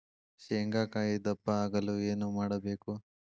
ಶೇಂಗಾಕಾಯಿ ದಪ್ಪ ಆಗಲು ಏನು ಮಾಡಬೇಕು?